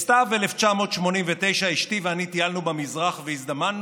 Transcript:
בסתיו 1989 אשתי ואני טיילנו במזרח והזדמנו